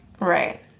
right